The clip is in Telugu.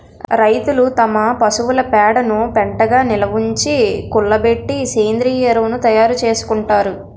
రైతులు తమ పశువుల పేడను పెంటగా నిలవుంచి, కుళ్ళబెట్టి సేంద్రీయ ఎరువును తయారు చేసుకుంటారు